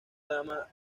dama